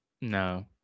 No